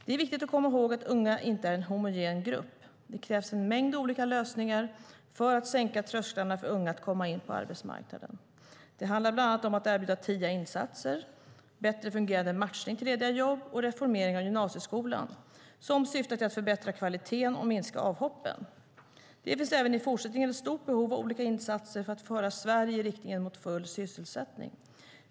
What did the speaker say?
Det är viktigt att komma ihåg att unga inte är en homogen grupp. Det krävs en mängd olika lösningar för att sänka trösklarna för unga att komma in på arbetsmarknaden. Det handlar bland annat om att erbjuda tidiga insatser, bättre fungerande matchning till lediga jobb och reformeringen av gymnasieskolan, som syftar till att förbättra kvaliteten och minska avhoppen. Det finns även i fortsättningen ett stort behov av olika insatser för att föra Sverige i riktning mot full sysselsättning.